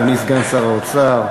אדוני סגן שר האוצר,